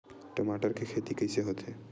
टमाटर के खेती कइसे होथे?